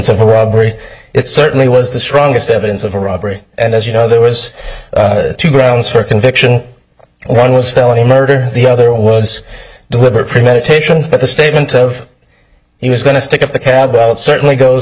of a robbery it certainly was the strongest evidence of a robbery and as you know there was two grounds for conviction and one was felony murder the other was deliberate premeditation but the statement of he was going to stick up the cab certainly goes